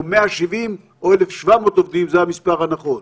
170 או 1,700 עובדים זה המס' הנכון.